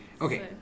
Okay